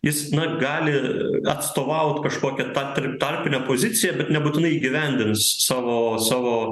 jis na gali atstovaut kažkokią tą tar tarpinę poziciją bet nebūtinai įgyvendins savo savo